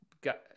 got